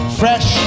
fresh